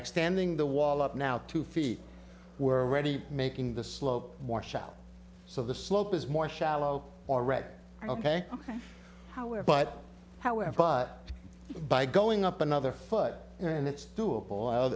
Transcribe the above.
extending the wall up now two feet were already making the slow washout so the slope is more shallow or red ok however but however by going up another foot and it's doable o